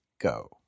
go